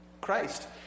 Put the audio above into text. Christ